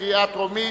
בקריאה טרומית.